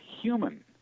human